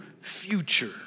future